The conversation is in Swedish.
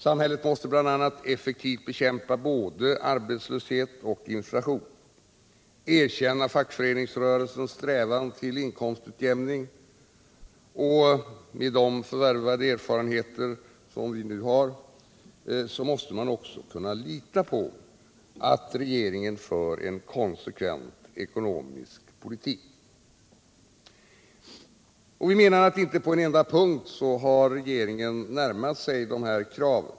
Samhället måste bl.a. effektivt bekämpa både arbetslöshet och inflation och erkänna fackföreningsröreisens strävan till inkomstutjämning. Med nu förvärvade erfarenheter skulle jag också vilja tillägga att man måste kunna lita på att regeringen för en konsekvent ekonomisk politik. Inte på en enda punkt har, menar vi, regeringen närmat sig de här kraven.